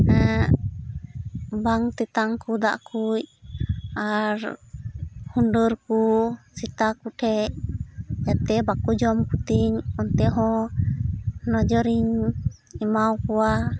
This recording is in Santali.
ᱵᱟᱝ ᱛᱮᱛᱟᱝ ᱠᱚ ᱫᱟᱜ ᱠᱚ ᱟᱨ ᱦᱩᱰᱟᱹᱨ ᱠᱚ ᱥᱮᱛᱟ ᱠᱚᱴᱷᱮᱱ ᱡᱟᱛᱮ ᱵᱟᱠᱚ ᱡᱚᱢ ᱠᱚᱛᱤᱧ ᱚᱱᱛᱮ ᱦᱚᱸ ᱱᱚᱡᱚᱨ ᱤᱧ ᱮᱢᱟ ᱟᱠᱚᱣᱟ